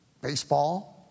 baseball